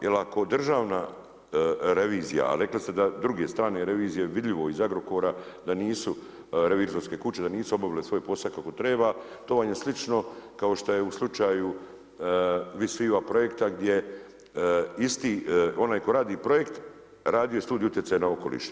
Jer ako državna revizija, a rekli ste da druge strane revizije a vidljivo je iz Agrokora da nisu revizorske kuće da nisu obavile svoj posao kako treba, to vam je slično kao što je u slučaju … projekta gdje isti onaj tko radi projekt radio je i studiju utjecaja na okoliš.